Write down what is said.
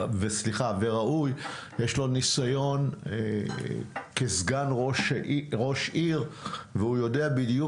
יש לו ניסיון כסגן ראש עיר והוא יודע בדיוק,